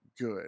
good